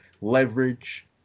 leverage